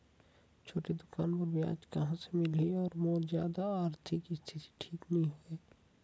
छोटे दुकान बर ब्याज कहा से मिल ही और मोर जादा आरथिक स्थिति ठीक नी हवे?